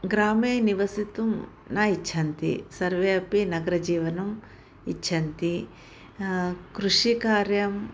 ग्रामे निवसितुं न इच्छन्ति सर्वे अपि नगरजीवनम् इच्छन्ति कृषिकार्यं